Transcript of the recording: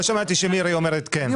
לא שמעתי שמירי אומרת כן.